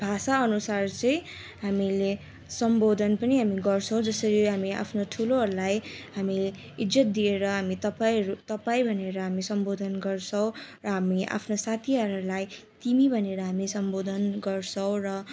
भाषाअनुसार चाहिँ हामीले सम्बोधन पनि हामी गर्छौँ जसरी हामी आफ्नो ठुलोहरूलाई हामीले इज्जत दिएर हामी तपाईँहरू तपाईँ भनेर हामी सम्बोधन गर्छौँ र हामी आफ्ना साथीहरूलाई तिमी भनेर हामी सम्बोधन गर्छौँ र